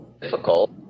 difficult